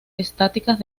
estáticas